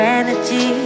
energy